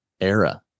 era